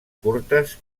curtes